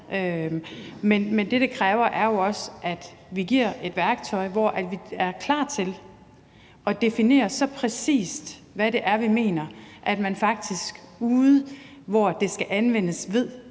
Men det, det kræver, er jo også, at vi giver et værktøj, hvor vi er klar til at definere så præcist, hvad det er, vi mener, så man faktisk derude, hvor det skal anvendes, ved,